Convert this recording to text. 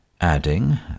adding